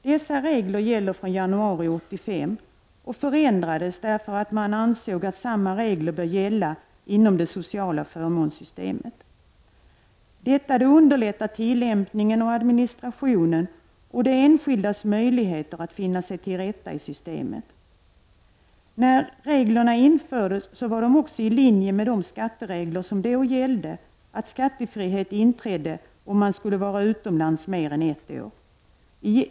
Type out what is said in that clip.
Dessa regler gäller från januari 1985 och förändrades därför att man ansåg att samma regler bör gälla inom det sociala förmånssystemet. Detta underlättar tillämpningen, administrationen och de enskildas möjligheter att finna sig till rätta i systemet. När reglerna infördes var de också i linje med de skatteregler som då gällde, nämligen att skattefrihet inträdde om man var utomlands i mer än ett år.